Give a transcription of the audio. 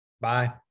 Bye